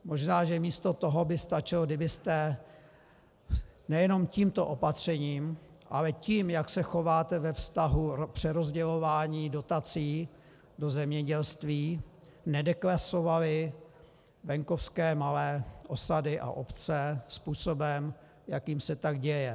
Možná že místo toho by stačilo, kdybyste nejenom tímto opatřením, ale tím, jak se chováte ve vztahu přerozdělování dotací do zemědělství, nedeklasovali venkovské malé osady a obce způsobem, jakým se tak děje.